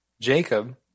Jacob